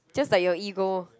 just like your ego